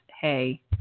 Hey